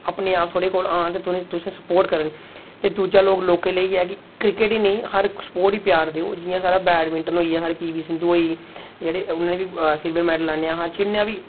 अपने आप थुआढ़े कोल औन ते तुसेंगी स्पोर्ट करन ते दूजा लोक लोकें लेई एह् ऐ कि क्रिकेट नेई हर स्पोर्ट गी प्यार देओ जियां स्हाड़ा बैडमिंटन होई गेआ स्हाड़ी पी वी सिंधू होई गेई उन्नै बी सिल्वर मैडल आह्न्नेआ हा